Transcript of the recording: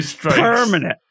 permanent